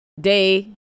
day